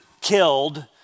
killed